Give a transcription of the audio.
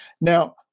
Now